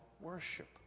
worship